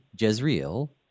Jezreel